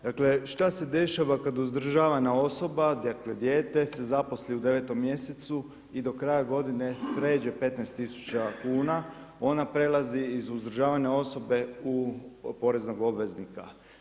Dakle šta se dešava kada uzdržavana osoba, dakle dijete se zaposli u 9. mjesecu i do kraja godine pređe 15 tisuća kuna, ona prelazi iz uzdržavane osobe u poreznog obveznika.